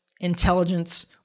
intelligence